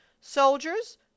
soldiers